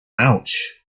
ouch